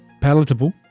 palatable